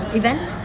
event